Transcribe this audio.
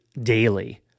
daily